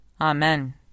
Amen